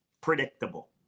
predictable